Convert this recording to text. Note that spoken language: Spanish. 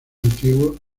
antiguo